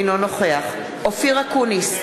אינו נוכח אופיר אקוניס,